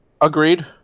Agreed